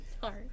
Sorry